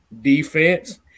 defense